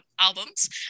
albums